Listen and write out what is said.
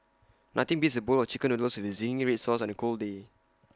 nothing beats A bowl of Chicken Noodles with Zingy Red Sauce on A cold day